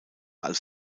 als